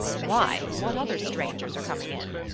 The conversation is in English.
why, what other strangers are coming in?